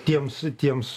tiems tiems